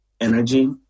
energy